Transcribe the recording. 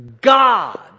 God